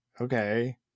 okay